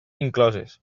incloses